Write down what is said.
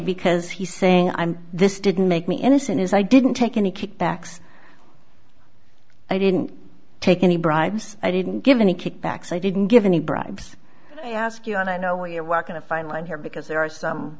because he's saying i'm this didn't make me innocent as i didn't take any kickbacks i didn't take any bribes i didn't give any kickbacks i didn't give any bribes i ask you and i know you're working a fine line here because there are some